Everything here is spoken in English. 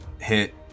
hit